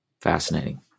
fascinating